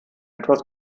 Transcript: etwas